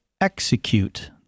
execute